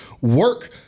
work